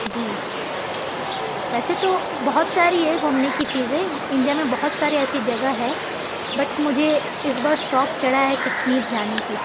جی ویسے تو بہت ساری ہے گھومنے کی چیزیں انڈیا میں بہت ساری ایسی جگہ ہے بٹ مجھے اس بار شوق چڑھا ہے کشمیر جانے کی